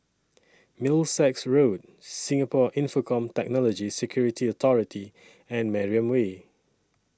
Middlesex Road Singapore Infocomm Technology Security Authority and Mariam Way